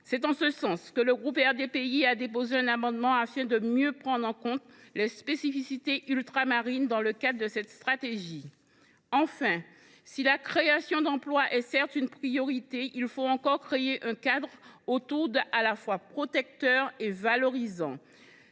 C’est en ce sens que le groupe RDPI a déposé un amendement visant à mieux prendre en compte les spécificités ultramarines dans le cadre de cette stratégie. Quatrièmement, et enfin, si la création d’emplois est une priorité, encore faut il créer un cadre à la fois protecteur et valorisant.